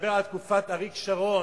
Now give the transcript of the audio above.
מדבר על תקופת אריק שרון